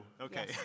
okay